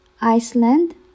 Iceland